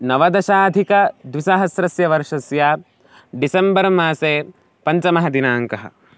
नवदशाधिकद्विसहस्रस्य वर्षस्य डिसेम्बर्मासे पञ्चमः दिनाङ्कः